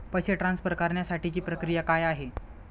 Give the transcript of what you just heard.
पैसे ट्रान्सफर करण्यासाठीची प्रक्रिया काय आहे?